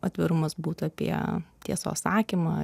atvirumas būtų apie tiesos sakymą